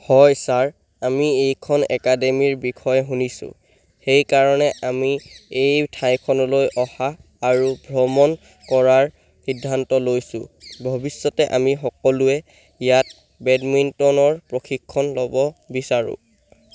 হয় ছাৰ আমি এইখন একাডেমীৰ বিষয়ে শুনিছোঁ সেইকাৰণে আমি এই ঠাইখনলৈ অহা আৰু ভ্ৰমণ কৰাৰ সিদ্ধান্ত লৈছোঁ ভৱিষ্যতে আমি সকলোৱে ইয়াত বেডমিণ্টনৰ প্ৰশিক্ষণ ল'ব বিচাৰোঁ